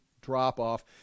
drop-off